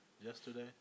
Yesterday